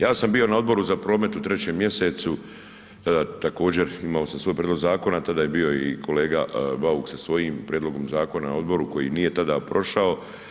Ja sam bio na Odboru za promet u 3. mjesecu također imao sam svoj prijedlog zakona tada je bio i kolega Bauk sa svojim prijedlogom zakona na odboru koji nije tada prošao.